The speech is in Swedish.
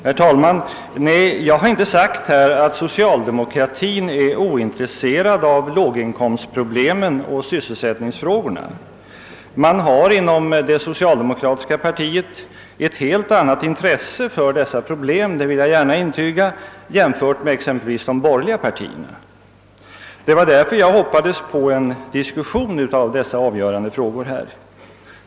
Herr talman! Jag har inte sagt att socialdemokratin är ointresserad av låginkomstproblemet och sysselsättningsfrågorna. Man har inom det socialdemokratiska partiet ett helt annat intresse för dessa problem — det vill jag gärna intyga — än man har inom de borgerliga partierna. Därför hoppades jag också på att här få en diskussion om dessa avgörande frågor.